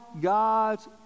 God's